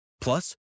Plus